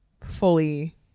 fully